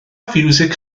fiwsig